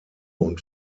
und